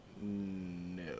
no